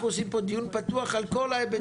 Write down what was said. אנחנו עושים פה דיון פתוח על כל ההיבטים.